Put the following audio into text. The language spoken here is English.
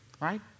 right